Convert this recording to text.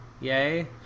Yay